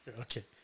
Okay